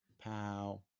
Pow